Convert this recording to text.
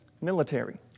military